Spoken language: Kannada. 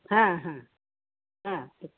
ಹಾಂ ಹಾಂ ಹಾಂ